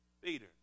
Peter